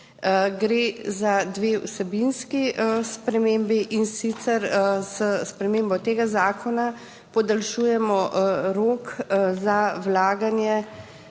Gre za dve vsebinski spremembi. In sicer, s spremembo tega zakona podaljšujemo rok za vlaganje,